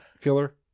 killer